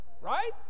Right